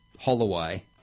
Holloway